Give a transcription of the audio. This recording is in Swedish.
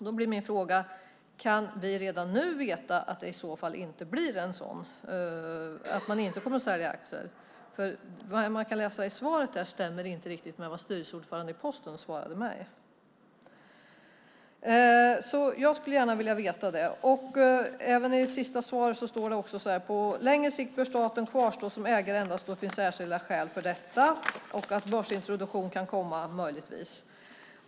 Då blir min fråga: Kan vi redan nu veta att man inte kommer att sälja aktier? Vad vi kan läsa i svaret stämmer nämligen inte riktigt med vad Postens styrelseordförande svarade mig. Jag skulle gärna vilja veta detta. Mot slutet av interpellationssvaret står det ju: "På längre sikt bör staten kvarstå som ägare endast då det finns särskilda skäl för detta." Det står också att börsintroduktion möjligtvis kan komma att ske.